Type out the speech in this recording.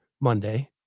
Monday